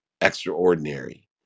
extraordinary